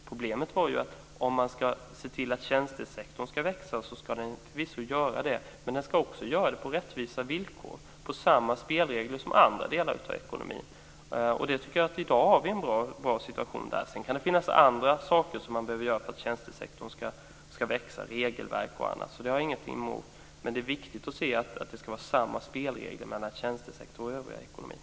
Problemet är att om man ska se till att tjänstesektorn ska växa, och det ska den förvisso göra, ska den göra det på rättvisa villkor och med samma spelregler som för andra delar av ekonomin. Där tycker jag att vi i dag har en bra situation. Sedan kan det finnas andra saker som behöver göras för att tjänstesektorn ska växa, regelverket och annat. Det har jag ingenting emot. Men det är viktigt att se till att det är samma spelregler i tjänstesektorn som i den övriga ekonomin.